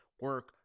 Work